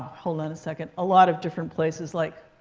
hold on a second a lot of different places. like